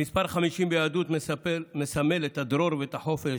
המספר 50 ביהדות מסמל את הדרור ואת החופש,